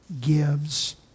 gives